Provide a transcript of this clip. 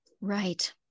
Right